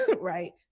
right